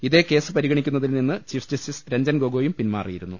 ഇതേ കേസ് പരിഗണിക്കുന്നതിൽ നിന്ന് ചീഫ് ജസ്റ്റിസ് രഞ്ജൻ ഗോഗൊയും പിൻമാറിയിരുന്നു